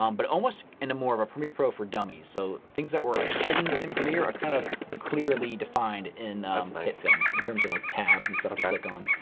um but almost in a more of a premiere pro for dummies so things that were like hidden within premiere are kind of clearly defined in hitfilm. the terms are like tabs and stuff private go on,